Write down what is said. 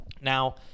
Now